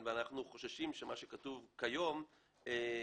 ואנחנו חוששים שמה שכתוב כיום --- אמרנו.